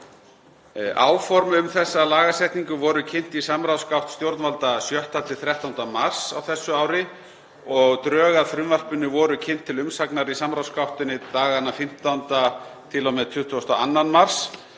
Áform um þessa lagasetningu voru kynnt í samráðsgátt stjórnvalda 6.–13. mars á þessu ári og drög að frumvarpinu voru kynnt til umsagnar í samráðsgáttinni dagana 15. til og með 22. mars.